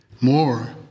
more